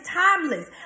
timeless